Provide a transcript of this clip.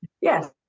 Yes